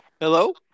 Hello